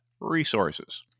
resources